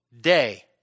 day